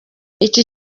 iki